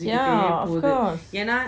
yeah of course